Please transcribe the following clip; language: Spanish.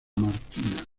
martina